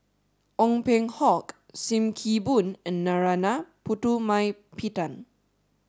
Ong Peng Hock Sim Kee Boon and Narana Putumaippittan